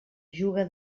juga